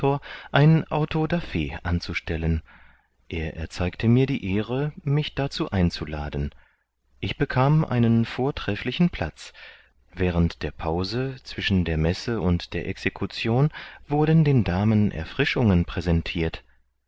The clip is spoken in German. ein auto da fe anzustellen er erzeigte mir die ehre mich dazu einzuladen ich bekam einen vortrefflichen platz während der pause zwischen der messe und der execution wurden den damen erfrischungen präsentirt